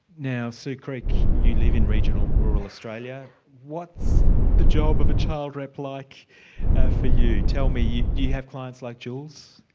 now sue creak, you live in regional regional rural australia. what's the job of a child rep like for you? tell me, do you have clients like jules?